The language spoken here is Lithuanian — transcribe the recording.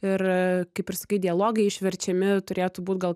ir kaip ir sakai dialogai išverčiami turėtų būt gal